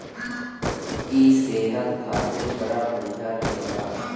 इ सेहत खातिर बड़ा बढ़िया रहेला